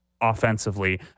offensively